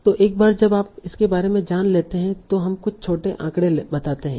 तो एक बार जब आप इसके बारे में जान लेते हैं तो हम कुछ छोटे आंकड़े बताते हैं